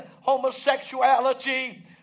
homosexuality